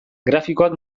grafikoak